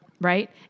right